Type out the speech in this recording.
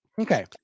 okay